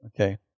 Okay